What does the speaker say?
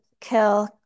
kill